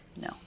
No